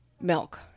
milk